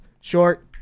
short